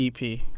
EP